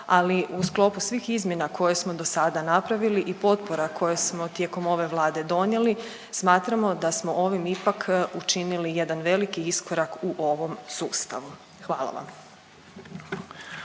ali u sklopu svih izmjena koje smo do sada napravili i potpora koje smo tijekom ove Vlade donijeli, smatramo da smo ovim ipak učinili jedan veliki iskorak u ovom sustavu. Hvala vam.